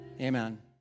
Amen